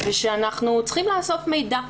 ושאנחנו צריכים לאסוף מידע,